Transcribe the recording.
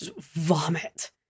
Vomit